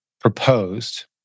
proposed